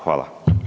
Hvala.